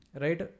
Right